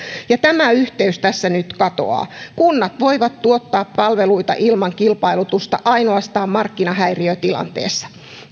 ja tämä yhteys tässä nyt katoaa kunnat voivat tuottaa palveluita ilman kilpailutusta ainoastaan markkinahäiriötilanteessa